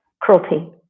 cruelty